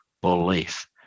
belief